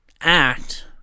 act